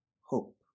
hope